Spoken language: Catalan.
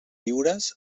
lliures